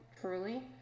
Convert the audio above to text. truly